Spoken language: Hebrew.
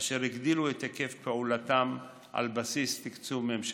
אשר הגדילו את היקף פעולתם על בסיס תקצוב ממשלתי.